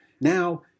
Now